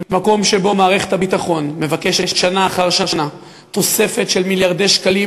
במקום שבו מערכת הביטחון מבקשת שנה אחר שנה תוספת של מיליארדי שקלים,